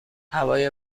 هوای